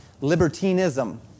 libertinism